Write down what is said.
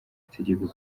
mategeko